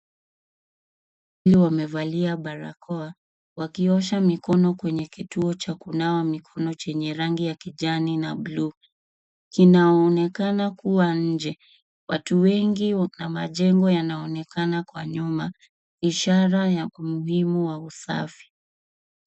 Wawili wamevalia barakoa wakiosha mikono kwenye kituo cha kunawa mikono chenye rangi ya kijani na bluu. kinaonekana kuwa nje. Watu wengi na majengo yanaonekana kwa nyuma ishara ya umuhimu wa usafi.